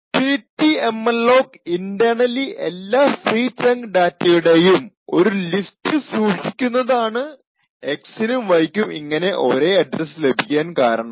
പിട്ടിഎംഅലോക് internally എല്ലാ free chunk ഡാറ്റയുടെയും ഒരു ലിസ്റ്റ് സൂക്ഷിക്കുന്നതാണ് X നും Y ക്കും ഇങ്ങനെ ഒരേ അഡ്രസ് ലഭിക്കാൻ കാരണം